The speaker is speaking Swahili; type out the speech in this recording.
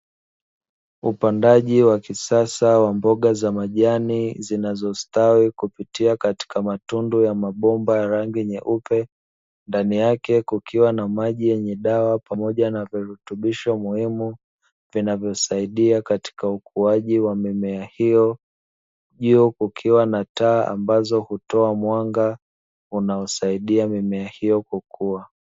Upandaji wa kisasa wa mboga za majani zinazo stawi kupitia katika matundu ya mabomba ya rangi nyeupe ndani yake kukiwa na maji yenye dawa pamoja na virutubisho muhimu vinavyosaidia katika ukuaji wa mimea hio juu kukiwa na taa ambayo hutoa mwanga unaosaidia mimea hio kukua.